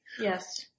Yes